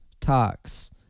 Talks